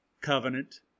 covenant